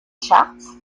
charts